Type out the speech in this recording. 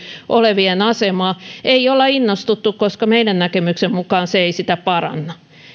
olevien asemaa ei olla innostuttu koska meidän näkemyksemme mukaan se ei sitä paranna